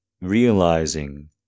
Realizing